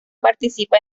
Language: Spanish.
participa